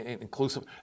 inclusive